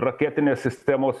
raketinės sistemos